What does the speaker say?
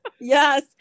Yes